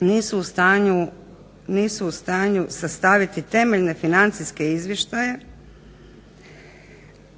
nisu u stanju sastaviti temeljne financijske izvještaje,